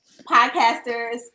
podcasters